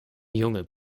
junge